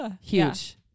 huge